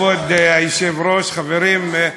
כבוד היושב-ראש, חברים,